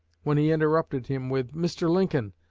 when he interrupted him with mr. lincoln,